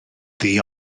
ddi